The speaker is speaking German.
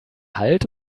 halt